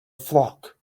flock